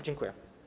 Dziękuję.